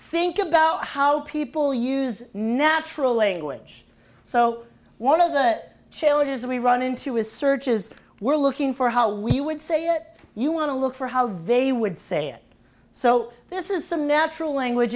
think about how people use natural language so one of the challenges we run into is searches we're looking for how we would say it you want to look for how they would say it so this is some natural language